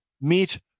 meet